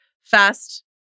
Fast